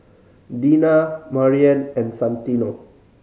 Dina Maryanne and Santino